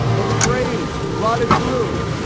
it's frayed rotted through!